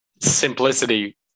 simplicity